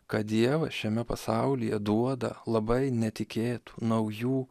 kad dievas šiame pasaulyje duoda labai netikėtų naujų